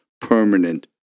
permanent